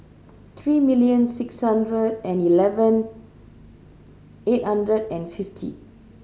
three million six hundred and eleven eight hundred and fifty